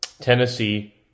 Tennessee